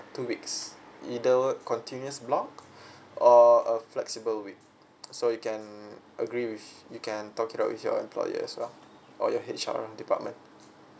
two weeks either work continuous block or a flexible week so you can agree with you can talk it out with your employers lah or your H_R department